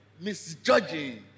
misjudging